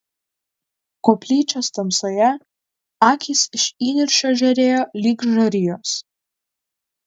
koplyčios tamsoje akys iš įniršio žėrėjo lyg žarijos